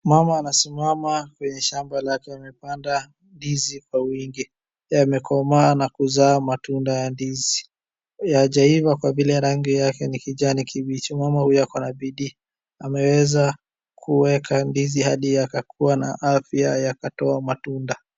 Mama anasimama kwenye shamba lake, amepanda ndizi kwa wingi, yamekomaa na kuzaa matunda ya ndizi. Hayajaiva kwa vile rangi yake ni kijani kibichi. Mama huyo akona bidii, ameweza kueka ndizi hadi yakakua na afya yakatoa matunda.